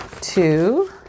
Two